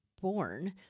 born